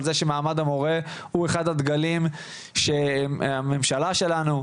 על זה שמעמד המורה הוא אחד הדגלים שהממשלה שלנו,